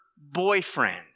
boyfriend